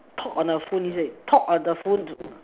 talk on the phone is it talk on the phone